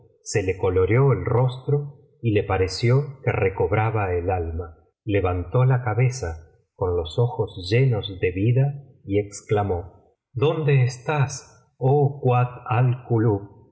se le coloreó el rostro y le pareció que recobraba el alma levantó la cabeza con los ojos llenos de vida y exclamó dónde estás oh